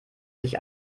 sich